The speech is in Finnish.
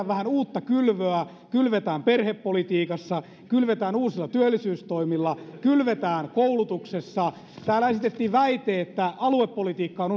vähän uutta kylvöä kylvetään perhepolitiikassa kylvetään uusilla työllisyystoimilla kylvetään koulutuksessa täällä esitettiin väite että aluepolitiikka on